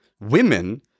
women